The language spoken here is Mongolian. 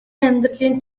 амьдралын